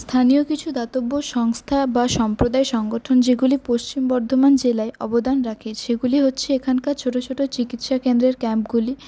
স্থানীয় কিছু দাতব্য সংস্থা বা সম্প্রদায় সংগঠন যেগুলি পশ্চিম বর্ধমান জেলায় অবদান রাখে সেগুলি হচ্ছে এখানকার ছোটো ছোটো চিকিৎসাকেন্দ্রের ক্যাম্পগুলি